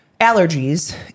allergies